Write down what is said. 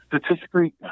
Statistically